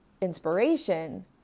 inspiration